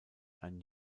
ein